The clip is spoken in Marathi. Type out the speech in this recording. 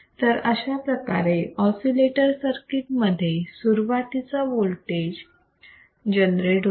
तर अशाप्रकारे ऑसिलेटर सर्किट मध्ये सुरुवातीचा वोल्टेज जनरेट होतो